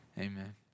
Amen